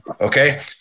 okay